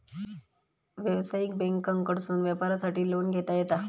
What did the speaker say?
व्यवसायिक बँकांकडसून व्यापारासाठी लोन घेता येता